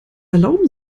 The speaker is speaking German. erlauben